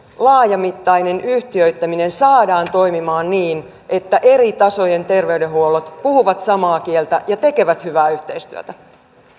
laajamittainen yhtiöittäminen saadaan toimimaan niin että eri tasojen terveydenhuollot puhuvat samaa kieltä ja tekevät hyvää yhteistyötä